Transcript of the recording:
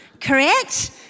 Correct